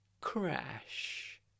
Crash